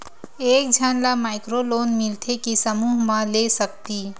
एक झन ला माइक्रो लोन मिलथे कि समूह मा ले सकती?